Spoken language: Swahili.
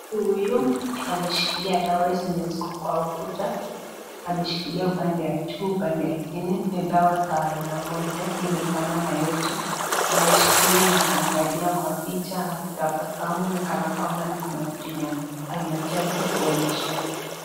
Mtu huyu ameshikilia you dawa zenye iko kwa ukuta ameshikilia hizi zenye ziko kwa ukuta ameshikilia upande ya juu upande ya chini ni dawa za aina moja imefanana yote ameshikilia na akaangalia picha akitabasamu nikayakwamba kuna kitu anajaribu kuonyeshana.